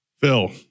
Phil